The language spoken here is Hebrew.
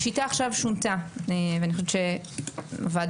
השיטה עכשיו שונתה ואני חושבת שהוועדה